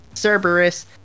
Cerberus